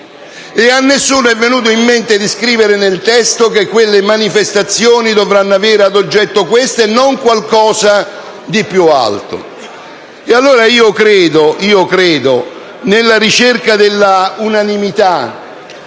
E a nessuno è venuto in mente di scrivere nel testo che quelle manifestazioni dovranno avere ad oggetto questo e non qualcosa di più alto. Nella ricerca dell'unanimità